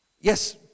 Yes